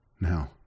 Now